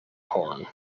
horn